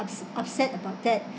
ups~ upset about that